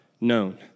known